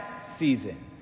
season